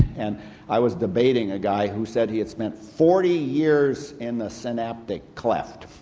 and i was debating a guy who said he had spent forty years in the synaptic cleft,